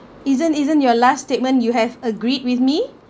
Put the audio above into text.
isn't isn't your last statement you have agreed with me